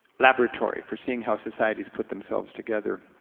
laboratory for seeing how societies put themselves together.